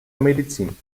medizin